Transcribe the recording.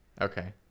Okay